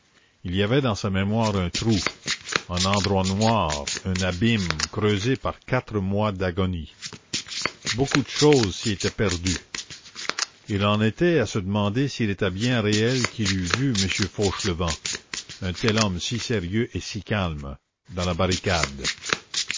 il y avait dans sa mémoire un trou en endroit noir un abîme creusé par quatre mois d'agonie beaucoup de choses s'y étaient perdues il en était à se demander s'il était bien réel qu'il eût vu m fauchelevent un tel homme si sérieux et si calme dans la barricade